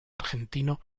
argentino